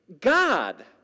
God